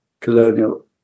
colonial